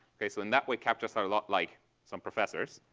okay? so in that way captcha's are a lot like some professors.